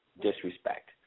disrespect